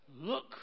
Look